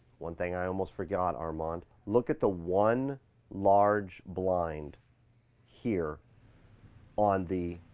one thing i almost forgot, armand. look at the one large blind here on the